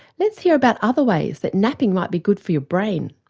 let's hear about other ways that napping might be good for your brain.